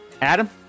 Adam